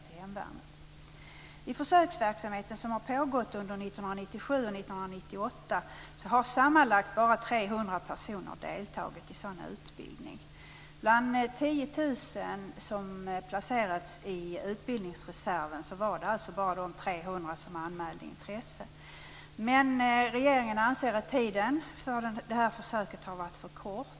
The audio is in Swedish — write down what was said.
I den försöksvisa utbildning som har pågått under 1997 och 1998 har sammanlagt bara 300 personer deltagit. Av de 10 000 som hade placerats i utbildningsreserven var det alltså bara 300 som anmälde intresse. Regeringen anser att tiden för det här försöket har varit för kort.